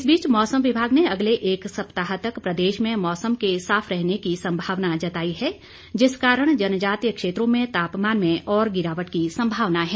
इस बीच मौसम विभाग ने अगले एक सप्ताह तक प्रदेश में मौसम के साफ रहने की संभावना जताई है जिस कारण जनजातीय क्षेत्रों में तापमान में और गिरावट की संभावना है